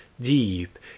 deep